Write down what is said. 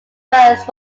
first